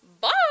bye